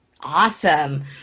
Awesome